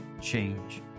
change